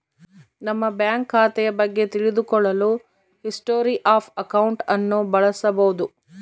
ನಮ್ಮ ಬ್ಯಾಂಕ್ ಖಾತೆಯ ಬಗ್ಗೆ ತಿಳಿದು ಕೊಳ್ಳಲು ಹಿಸ್ಟೊರಿ ಆಫ್ ಅಕೌಂಟ್ ಅನ್ನು ಬಳಸಬೋದು